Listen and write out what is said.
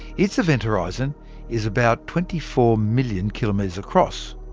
its event horizon is about twenty four million kilometres across.